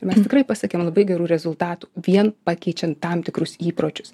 mes tikrai pasiekėm labai gerų rezultatų vien pakeičiant tam tikrus įpročius